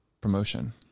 promotion